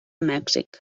mèxic